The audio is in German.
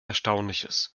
erstaunliches